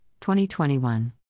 2021